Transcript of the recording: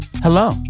hello